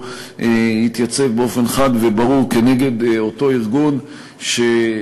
התייצב באופן חד וברור נגד אותו ארגון ש,